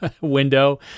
window